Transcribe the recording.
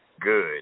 good